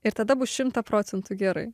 ir tada bus šimtą procentų gerai